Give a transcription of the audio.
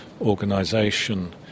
Organization